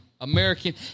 American